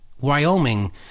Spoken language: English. Wyoming